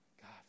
God